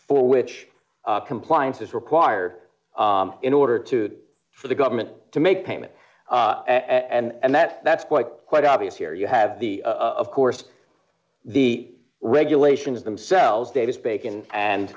for which compliance is required in order to for the government to make payment and that's that's quite quite obvious here you have the of course the regulations themselves davis bacon and